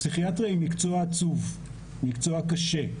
פסיכיאטריה היא מקצוע עצוב, מקצוע קשה.